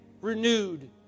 renewed